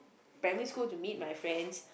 primary school to meet my friends